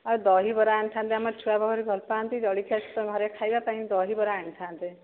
ଆଉ ଦହିବରା ଆଣିଥାନ୍ତେ ଆମ ଛୁଆ ଭାରି ଭଲ ପାଆନ୍ତି ଜଳଖିଆ ସାଙ୍ଗରେ ଖାଇବା ପାଇଁ ଦହିବରା ଆଣିଥାନ୍ତେ